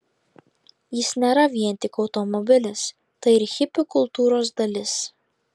jis nėra vien tik automobilis tai ir hipių kultūros dalis